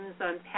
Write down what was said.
on